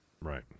Right